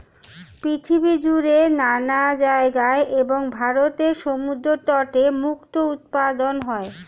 পৃথিবী জুড়ে নানা জায়গায় এবং ভারতের সমুদ্র তটে মুক্তো উৎপাদন হয়